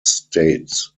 states